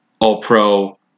all-pro